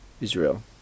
Israel